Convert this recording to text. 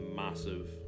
massive